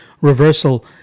reversal